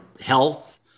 health